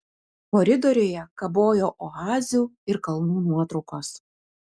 koridoriuje kabojo oazių ir kalnų nuotraukos